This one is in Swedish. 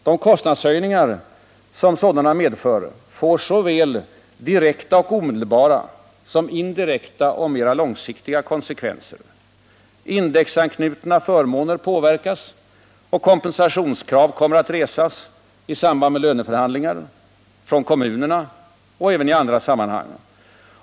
De kostnadshöjningar som sådana medför får såväl direkta och omedelbara som indirekta och mer långsiktiga konsekvenser. Indexanknutna förmåner påverkas, och kompensationskrav kommer att resas i samband med löneförhandlingar, från kommunerna och även i andra sammanhang.